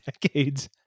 decades